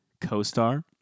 co-star